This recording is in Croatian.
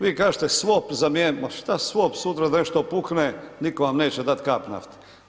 Vi kažete svop zamijenimo, ma šta svop, sutra da nešto pukne nitko vam neće dat kap nafte.